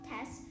test